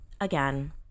again